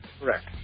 Correct